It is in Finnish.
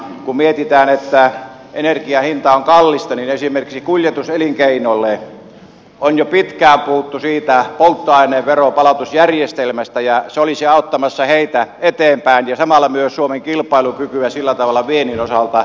kun mietitään että energian hinta on kallista niin esimerkiksi kuljetuselinkeinolle on jo pitkään puhuttu siitä polttoaineen veronpalautusjärjestelmästä ja se olisi auttamassa heitä eteenpäin ja samalla myös suomen kilpailukykyä sillä tavalla viennin osalta